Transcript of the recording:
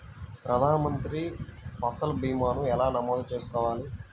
ప్రధాన మంత్రి పసల్ భీమాను ఎలా నమోదు చేసుకోవాలి?